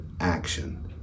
action